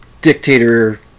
dictator